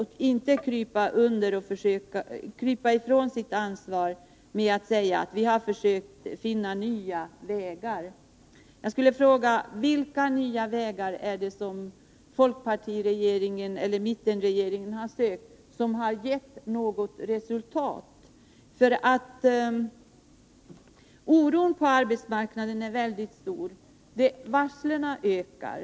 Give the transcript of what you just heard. Man kan inte krypa ifrån det med att säga: Vi har försökt finna nya vägar. Jag skulle vilja fråga: Vilka nya vägar är det som mittenregeringen har sökt och som har gett något resultat? Oron på arbetsmarknaden är mycket stor. Varslen ökar.